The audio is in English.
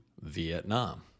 Vietnam